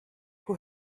who